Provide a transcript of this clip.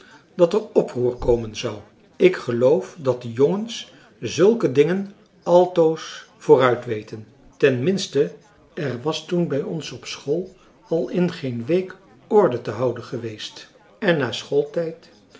dat er oproer komen zou ik geloof dat de jongens zulke dingen altoos vooruitweten ten minste er was toen bij ons op school al in geen week orde te houden geweest en françois haverschmidt familie en kennissen na schooltijd